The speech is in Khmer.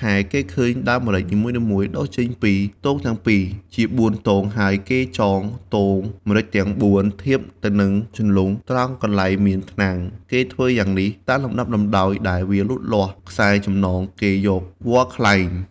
ខែគេឃើញដើមម្រេចនីមួយៗដុះចេញពី ទងទាំង២ ជាបួនទងហើយគេចងទងម្រេចទាំង៤ ធៀបទៅនឹងជន្លង់ត្រង់កន្លែងមាន ថ្នាំង គេធ្វើយ៉ាងនេះ តាមលំដាប់លំដោយដែលវាលូតលាស់ ខ្សែចំណងគេយកវល្លិ៍ខ្លែង។